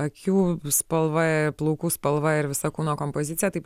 akių spalva plaukų spalva ir visa kūno kompozicija taip